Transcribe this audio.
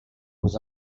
was